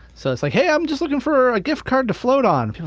so it's like, hey i'm just looking for a gift card to float on. people